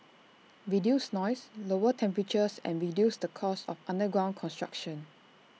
reduce noise lower temperatures and reduce the cost of underground construction